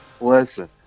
Listen